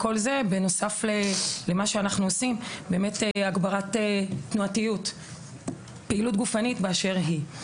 בנוסף למה שאנחנו עושים הגברת תנועתיות ופעילות גופנית באשר היא.